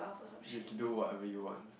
you can do whatever you want